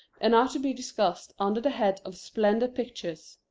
and are to be discussed under the head of splendor pictures.